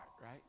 right